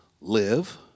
live